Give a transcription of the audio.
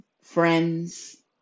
friends